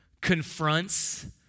confronts